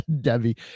Debbie